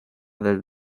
del